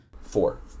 Four